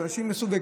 אנשים ייסעו בה,